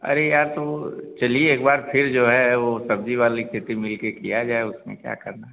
अरे यार तो चलिए एक बार फिर जो है वह सब्ज़ी वाली खेती मिल के किया जाए उसमें क्या करना है